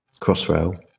Crossrail